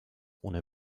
ohne